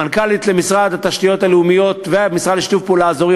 מנכ"לית למשרד התשתיות הלאומיות ולמשרד לשיתוף פעולה אזורי,